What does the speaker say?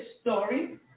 story